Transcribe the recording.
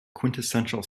quintessential